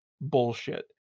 bullshit